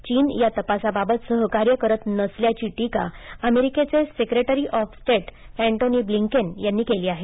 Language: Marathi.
चीन या तपासाबाबत सहकार्य करत नसल्याची टिका अमेरिकेचे secretary of state Antony Blinken यांनी केली आहे